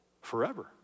forever